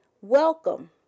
welcome